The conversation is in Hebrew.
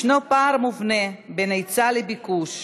יש פער מובנה בין היצע לביקוש,